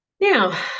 Now